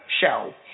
show